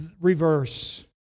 reverse